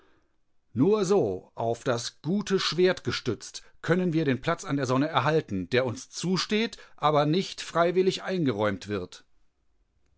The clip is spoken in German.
nur so auf das gute schwert gestützt können wir den platz an der sonne erhalten der uns zusteht aber nicht freiwillig eingeräumt wird